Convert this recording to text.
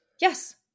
Yes